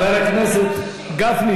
חבר הכנסת גפני,